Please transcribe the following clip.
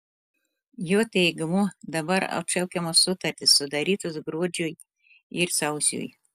jo teigimu dabar atšaukiamos sutartys sudarytos gruodžiui ir sausiui